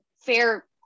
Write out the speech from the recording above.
fair